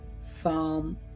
Psalm